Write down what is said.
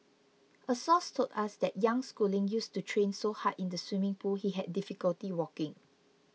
a source told us that young Schooling used to train so hard in the swimming pool he had difficulty walking